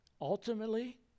Ultimately